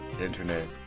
internet